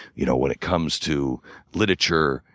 you know when it comes to literature,